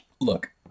Look